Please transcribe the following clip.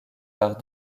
arts